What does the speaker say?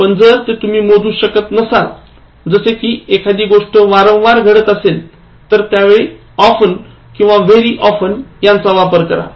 पण जर ते तुम्ही मोजू शकत नसाल जसे कि एखादी गोष्ट वारंवार घडत असेल तर त्यावेळी often किंवा very often यांचा वापर करा